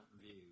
view